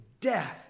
death